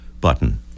button